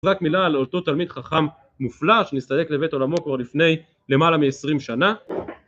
רק מילה לאותו תלמיד חכם מופלא שנסתלק לבית עולמו כבר לפני למעלה מ-20 שנה